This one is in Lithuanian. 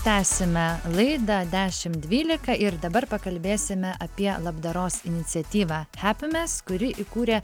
tęsiame laidą dešimt dvylika ir dabar pakalbėsime apie labdaros iniciatyvą hapimes kuri įkūrė